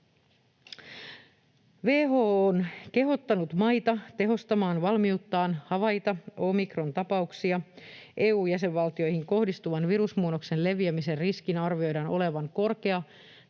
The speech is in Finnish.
WHO on kehottanut maita tehostamaan valmiuttaan havaita omikrontapauksia. EU-jäsenvaltioihin kohdistuvan virusmuunnoksen leviämisen riskin arvioidaan olevan korkea tai